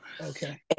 Okay